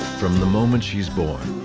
from the moment she's born,